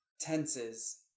tenses